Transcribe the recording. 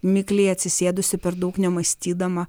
mikliai atsisėdusi per daug nemąstydama